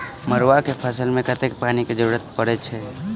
मड़ुआ केँ फसल मे कतेक पानि केँ जरूरत परै छैय?